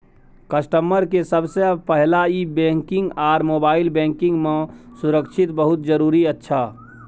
customer के सबसे पहला ई बैंकिंग आर मोबाइल बैंकिंग मां सुरक्षा बहुत जरूरी अच्छा